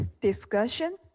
discussion